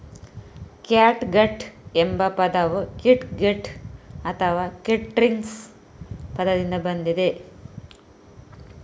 catgut ಎಂಬ ಪದವು kitgut ಅಥವಾ ಕಿಟ್ಸ್ಟ್ರಿಂಗ್ ಪದದಿಂದ ಬಂದಿದೆ